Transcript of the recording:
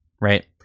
Right